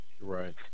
Right